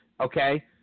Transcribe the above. Okay